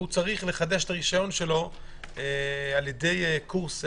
והוא צריך לחדש את הרשיון על-ידי קורס,